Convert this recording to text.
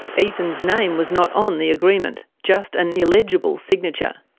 ethan's name was not on the agreement, just an illegible signature.